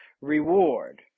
reward